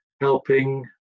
helping